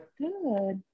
Good